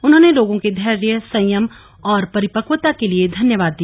उन्होंने लोगों के धैर्य संयम और परिपक्वता के लिए धन्यवाद दिया